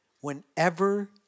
Whenever